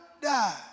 die